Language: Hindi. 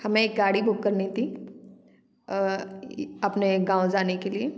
हमें एक गाड़ी बुक करनी थी अ अपने गाँव जाने के लिए